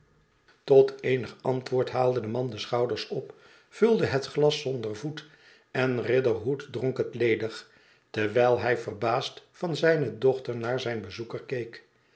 tot eenig antwoord haalde de man de schouders op vulde het glas zonder voet en riderhood dronk het ledig terwijl hij verbaasd van zijne dochter naar zijn bezoeker keek